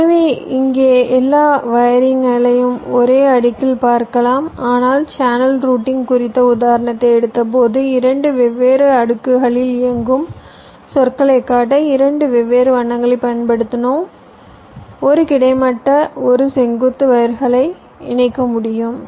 எனவே இங்கே எல்லா வயரிங்களையும் ஒரே அடுக்கில் பார்க்கலாம் ஆனால் சேனல் ரூட்டிங் குறித்த உதாரணத்தை எடுத்தபோது 2 வெவ்வேறு அடுக்குகளில் இயங்கும் சொற்களைக் காட்ட 2 வெவ்வேறு வண்ணங்களைப் பயன்படுத்தினோம் ஒரு கிடைமட்ட ஒரு செங்குத்து வயர்களை இணைக்க முடியும்